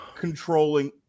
controlling